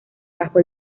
bajo